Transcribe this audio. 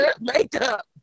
makeup